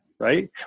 right